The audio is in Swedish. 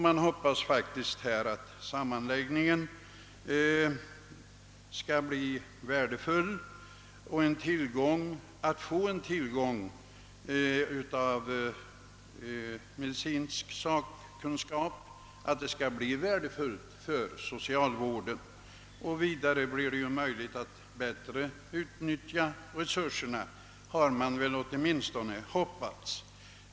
Vi hoppas nu att sammanläggningen skall bli värdefull och att socialvården skall få tillgång till medicinsk sakkunskap. Vi hoppas också att sammanläggningen skall medföra möjligheter att bättre utnyttja resurserna.